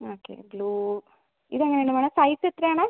okay blue ഇത് എങ്ങനെ ഉണ്ട് മേഡം സൈസ് എത്രയാണ്